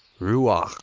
ruu-a-achh?